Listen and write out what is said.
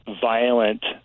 violent